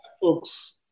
folks